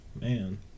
Man